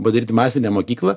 padaryti masinę mokyklą